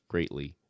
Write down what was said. greatly